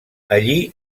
allí